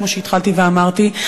כמו שהתחלתי ואמרתי,